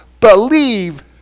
believe